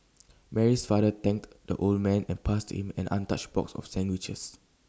Mary's father thanked the old man and passed him an untouched box of sandwiches